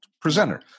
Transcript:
presenter